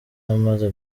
amaze